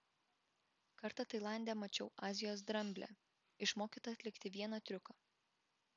kartą tailande mačiau azijos dramblę išmokytą atlikti vieną triuką